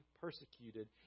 persecuted